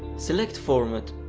select format,